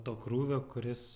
to krūvio kuris